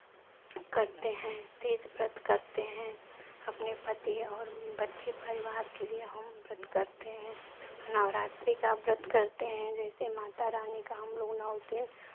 करते हैं तीज व्रत करते हैं अपने पति और बच्चे परिवार के लिये हम व्रत करते हैं नवरात्रि का व्रत करते हैं जैसे माता रानी का हमलोग नौ दिन